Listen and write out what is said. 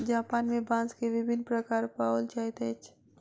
Japan में बांस के विभिन्न प्रकार पाओल जाइत अछि